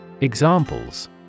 Examples